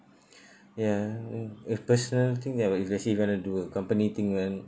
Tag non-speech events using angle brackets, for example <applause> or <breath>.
<breath> ya mm if personal thing that if let's say you want to do a company thing then